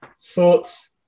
thoughts